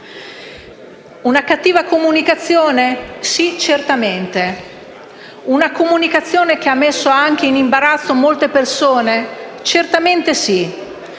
una cattiva comunicazione? Sì, certamente. Una comunicazione che ha messo anche in imbarazzo molte persone? Certamente sì.